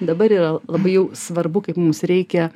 dabar yra labai jau svarbu kaip mums reikia